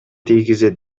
тийгизет